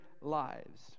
lives